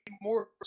more